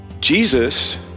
Jesus